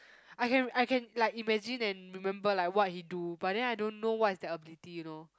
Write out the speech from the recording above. I can I can like imagine and remember like what he do but then I don't know what's the ability you know